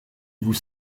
vous